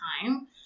time